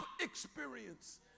experience